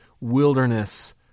wilderness